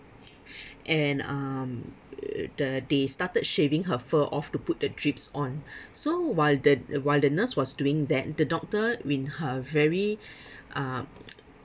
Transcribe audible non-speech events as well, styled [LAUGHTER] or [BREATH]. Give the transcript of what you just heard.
[BREATH] and um uh the they started shaving her fur off to put the drips on [BREATH] so while the while the nurse was doing that the doctor with her very [BREATH] uh [NOISE]